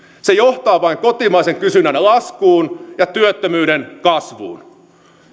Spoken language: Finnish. se johtaa vain kotimaisen kysynnän laskuun ja työttömyyden kasvuun